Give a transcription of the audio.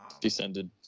Descended